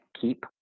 Keep